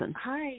Hi